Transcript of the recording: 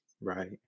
right